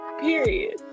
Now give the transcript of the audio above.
Period